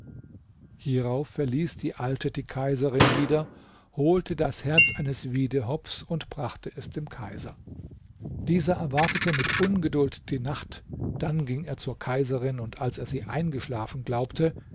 hierauf verließ die alte die kaiserin wieder holte das herz eines wiedehopfs und brachte es dem kaiser dieser erwartete mit ungeduld die nacht dann ging er zur kaiserin und als er sie eingeschlafen glaubte